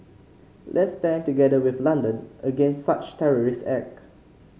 let's stand together with London against such terrorist